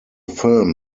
film